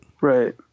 Right